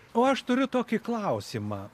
o aš turiu tokį klausimą